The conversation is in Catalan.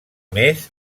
més